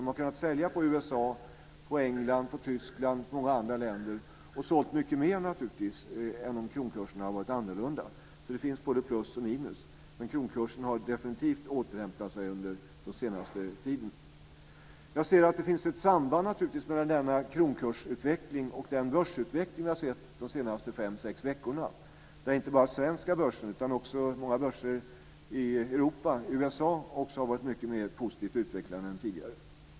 De har kunnat sälja i USA, England, Tyskland och i många andra länder och naturligtvis sålt mycket mer än om kronkursen hade varit annorlunda. Det finns både plus och minus. Men kronkursen har definitivt återhämtat sig under den senaste tiden. Det finns naturligtvis ett samband mellan denna kronkursutveckling och den börsutveckling som har sett under de senaste fem sex veckorna. Inte bara den svenska börsen, utan också många börser i Europa och i USA har också utvecklats mycket mer positivt än tidigare.